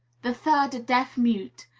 the third a deaf-mute,